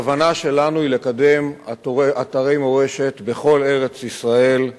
הכוונה שלנו היא לקדם אתרי מורשת בכל ארץ-ישראל,